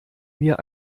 mir